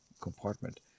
compartment